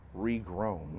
regrown